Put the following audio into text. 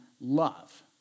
love